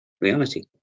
reality